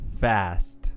Fast